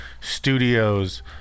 studios